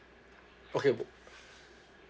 okay